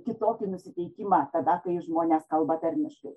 kitokį nusiteikimą tada kai žmonės kalba tarmiškai